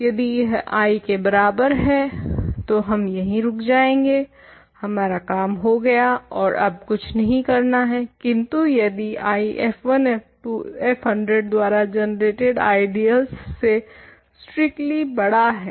तो यदि यह I के बराबर है तो हम यहीं रुक जाएगे हमारा काम हो गया ओर अब कुछ नहीं करना है किन्तु यदि I f1 f2 f100 द्वारा जनरेटेड आइडियल्स से स्ट्रिक्टली बड़ा है